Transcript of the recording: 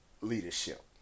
leadership